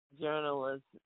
Journalists